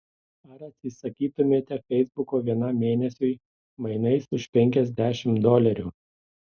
ar atsisakytumėte feisbuko vienam mėnesiui mainais už penkiasdešimt dolerių